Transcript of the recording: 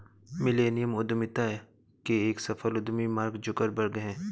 millennial उद्यमिता के एक सफल उद्यमी मार्क जुकरबर्ग हैं